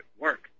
work